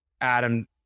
Adam